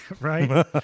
Right